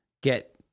get